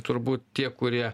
turbūt tie kurie